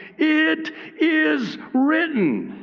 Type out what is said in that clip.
it is written.